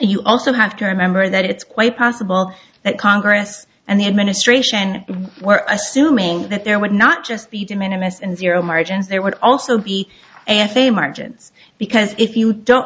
you also have to remember that it's quite possible that congress and the administration were assuming that there would not just be to minimize and zero margins there would also be and they margins because if you don't